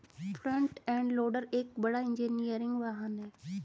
front end loader एक बड़ा engineering वाहन है